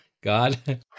God